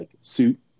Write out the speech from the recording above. suit